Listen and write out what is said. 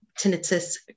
tinnitus